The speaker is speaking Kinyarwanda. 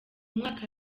mwaka